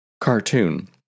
cartoon